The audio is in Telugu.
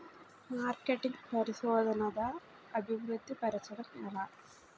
మార్కెటింగ్ పరిశోధనదా అభివృద్ధి పరచడం ఎలా